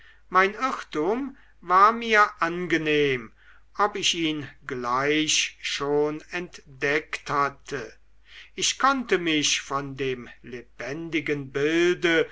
mein irrtum war mir angenehm ob ich ihn gleich schon entdeckt hatte ich konnte mich von dem lebendigen bilde